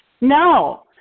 no